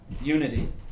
Unity